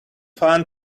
fun